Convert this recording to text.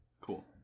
cool